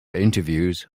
interviews